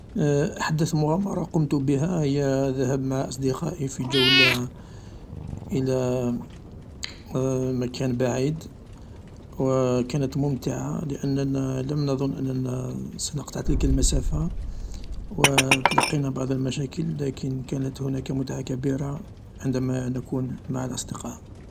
أحدث مغامرة قمت بها هي الذهاب مع أصدقائي في جولة إلى مكان بعيد و كانت ممتعة لأننا لم نضن أننا سنقطع تلك المسافة و تلقينا بعض المشاكل لكن كانت هناك متعة كبيرة عندما نكون مع الأصدقاء.